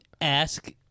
ask